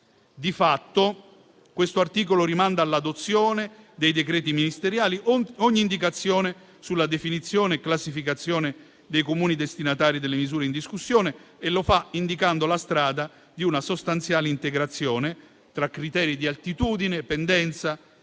Di fatto, questo articolo rimanda all'adozione dei decreti ministeriali ogni indicazione sulla definizione e classificazione dei Comuni destinatari delle misure in discussione e lo fa indicando la strada di una sostanziale integrazione tra criteri di altitudine, pendenza